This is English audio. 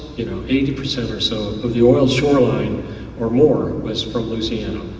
you know eighty percent or so of the oil shoreline or more was from louisiana.